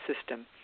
system